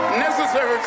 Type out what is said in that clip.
necessary